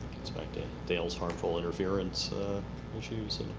gets back to dale's harmful interference issues.